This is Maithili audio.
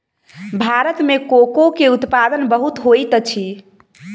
भारत में कोको के उत्पादन बहुत होइत अछि